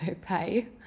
pay